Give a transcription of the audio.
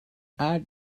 add